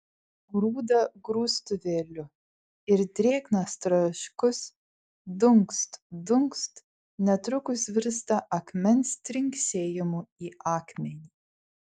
grūda grūstuvėliu ir drėgnas traškus dunkst dunkst netrukus virsta akmens trinksėjimu į akmenį